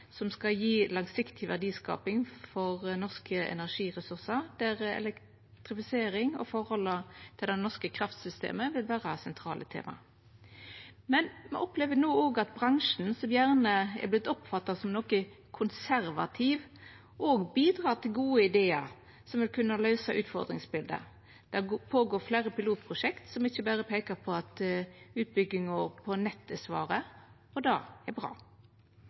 som skal gje langsiktig verdiskaping for norske energiressursar, der elektrifisering og forholda til det norske kraftsystemet vil vera sentrale tema. Me opplever no òg at bransjen, som gjerne er vorten oppfatta som noko konservativ, bidreg til gode idear som vil kunna løysa utfordringsbiletet. Det pågår fleire pilotprosjekt som ikkje berre peikar på at utbygging av meir nett er svaret, og det er bra.